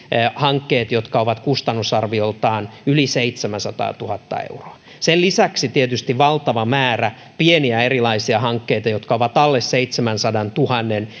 hankkeet jotka ovat kustannusarvioltaan yli seitsemänsataatuhatta euroa sen lisäksi on tietysti valtava määrä pieniä erilaisia hankkeita jotka ovat alle seitsemänsadantuhannen